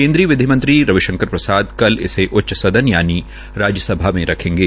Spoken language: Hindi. केन्द्रीय विधि मंत्री रविशंकर प्रसाद कल इसे उच्च सदन यानि राज्य सभा में रखेंगे